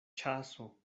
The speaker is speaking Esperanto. ĉaso